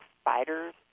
spiders